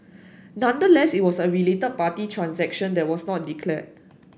nonetheless it was a related party transaction that was not declared